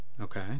Okay